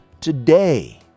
today